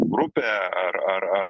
grupė ar